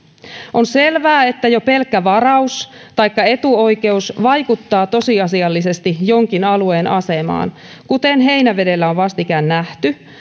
on selvää että jo pelkkä varaus taikka etuoikeus vaikuttaa tosiasiallisesti jonkin alueen asemaan kuten heinävedellä on vastikään nähty